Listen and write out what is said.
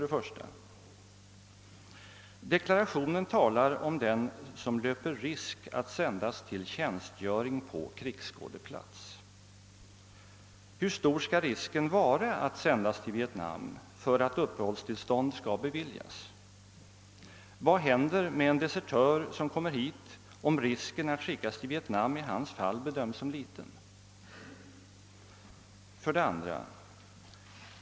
1. I deklarationen talas om den som löper risk att sändas till tjänstgöring på krigsskådeplats. Hur stor skall risken vara att sändas till Vietnam för att uppehållstillstånd skall beviljas? Vad händer med en desertör som kommer hit, om risken att skickas till Vietnam i hans fall bedöms som liten? 2.